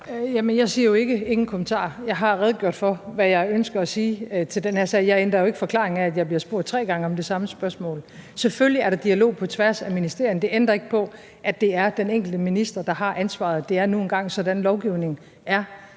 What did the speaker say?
Jeg siger jo ikke: Ingen kommentarer. Jeg har redegjort for, hvad jeg ønsker at sige til den her sag. Jeg ændrer jo ikke forklaring af, at jeg bliver spurgt tre gange om det samme spørgsmål. Selvfølgelig er der dialog på tværs af ministerierne. Det ændrer ikke på, at det er den enkelte minister, der har ansvaret. Det er nu engang sådan, lovgivningen er